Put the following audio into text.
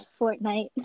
Fortnite